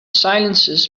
silences